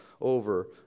over